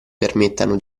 permettano